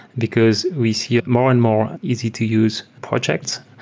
because we see more and more easy to use projects.